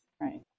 Right